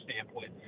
standpoint